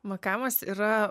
makamas yra